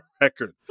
record